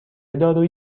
دارویی